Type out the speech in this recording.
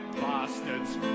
bastards